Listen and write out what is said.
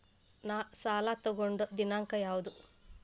ನಾ ಸಾಲ ತಗೊಂಡು ದಿನಾಂಕ ಯಾವುದು?